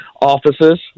offices